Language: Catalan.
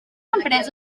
empresa